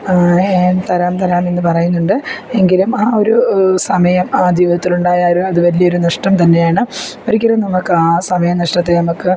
തരാം തരാം എന്ന് പറയുന്നുണ്ട് എങ്കിലും ആ ഒരു സമയം ആ ജീവിതത്തിലുണ്ടായ ആ ഒരു അത് വലിയ ഒരു നഷ്ടം തന്നെയാണ് ഒരിക്കലും നമുക്ക് ആ സമയ നഷ്ടത്തെ നമുക്ക്